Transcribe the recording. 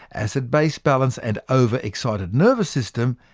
acid-base balance and over-excited nervous system,